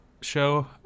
show